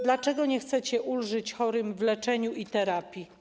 Dlaczego nie chcecie ulżyć chorym w leczeniu i terapii?